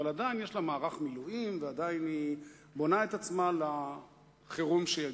אבל עדיין יש לה מערך מילואים ועדיין היא בונה את עצמה לחירום שיגיע.